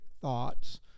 thoughts